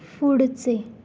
पुढचे